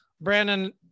Brandon